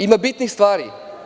Ima bitnih stvari.